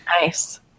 Nice